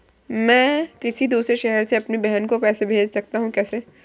मैं किसी दूसरे शहर से अपनी बहन को पैसे कैसे भेज सकता हूँ?